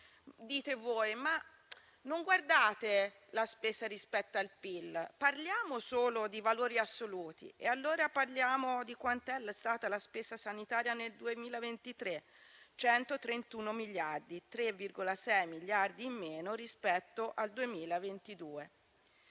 direte di non guardare la spesa rispetto al PIL, di parlare solo di valori assoluti. Bene, allora parliamo di quant'è la stata la spesa sanitaria nel 2023: 131 miliardi, 3,6 miliardi in meno rispetto al 2022.